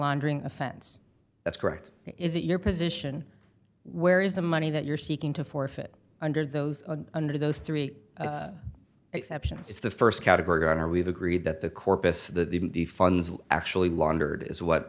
laundering offense that's correct is it your position where is the money that you're seeking to forfeit under those under those three exceptions is the st category are we've agreed that the corpus that even the funds actually laundered is what